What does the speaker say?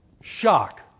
Shock